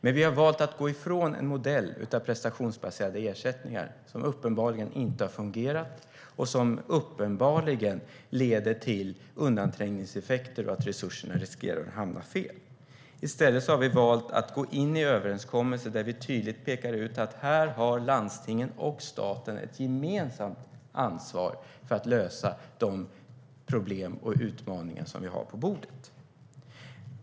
Men vi har valt att gå ifrån en modell med prestationsbaserade ersättningar som uppenbarligen inte har fungerat och som uppenbarligen leder till undanträngningseffekter och medför risken att resurserna hamnar fel. I stället vi har valt att gå in i överenskommelser där vi tydligt pekar ut att här har landstingen och staten ett gemensamt ansvar för att lösa de problem och utmaningar som vi har på bordet.